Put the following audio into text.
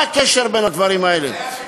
מה הקשר בין הדברים האלה?